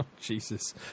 jesus